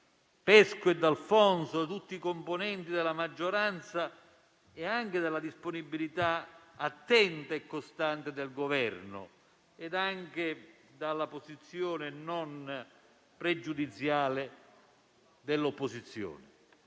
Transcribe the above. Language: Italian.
Pesco e D'Alfonso, tutti i componenti della maggioranza, la disponibilità attenta e costante del Governo e la posizione non pregiudiziale dell'opposizione.